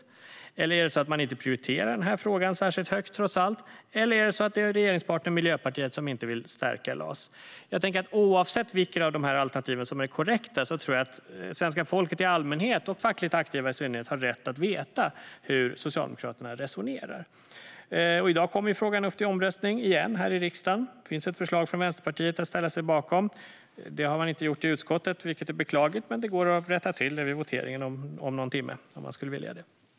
Är det på det sättet att man trots allt inte prioriterar den här frågan särskilt högt? Eller är det på det sättet att det är regeringspartnern Miljöpartiet som inte vill stärka LAS? Oavsett vilket av dessa alternativ som är korrekt tror jag att svenska folket i allmänhet och fackligt aktiva i synnerhet har rätt att veta hur Socialdemokraterna resonerar. I dag kommer frågan upp till omröstning igen här i riksdagen. Det finns ett förslag från Vänsterpartiet att ställa sig bakom. Men det har majoriteten i utskottet alltså inte gjort. Det är beklagligt. Men det går att rätta till vid voteringen om någon timme, om man skulle vilja det.